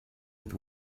with